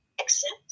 accept